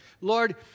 Lord